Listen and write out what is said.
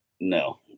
no